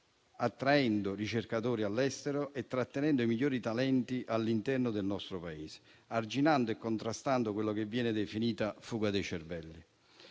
attraendo ricercatori dall'estero e trattenendo i migliori talenti all'interno del nostro Paese, arginando e contrastando quella che viene definita fuga dei cervelli.